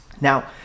Now